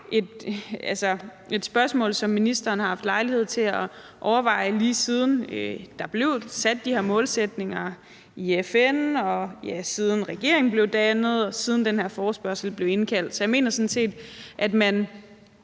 et spørgsmål, som ministeren har haft lejlighed til at overveje, lige siden de her målsætninger blev sat i FN, siden regeringen blev dannet, og siden der blev indkaldt til den her forespørgsel. Så jeg mener sådan set, at man